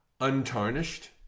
untarnished